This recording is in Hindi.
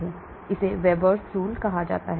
इसे Veber rule कहा जाता है